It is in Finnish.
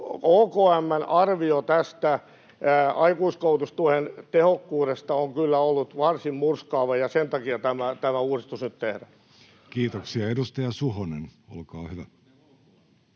OKM:n arvio tästä aikuiskoulutustuen tehokkuudesta on kyllä ollut varsin murskaava, ja sen takia tämä uudistus nyt tehdään. [Speech 34] Speaker: